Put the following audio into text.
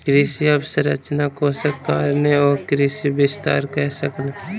कृषि अवसंरचना कोषक कारणेँ ओ कृषि विस्तार कअ सकला